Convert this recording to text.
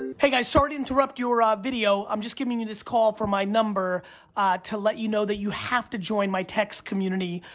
hey guys, sorry to interrupt your ah video. i'm just giving you this call from my number to let you know that you have to join my text community.